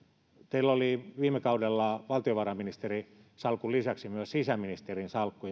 teillä oli viime kaudella valtiovarainministerin salkun lisäksi myös sisäministerin salkku